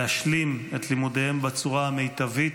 להשלים את לימודיהם בצורה המיטבית.